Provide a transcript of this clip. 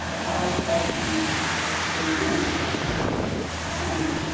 how have we stayed married this long? and